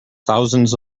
thousands